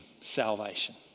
salvation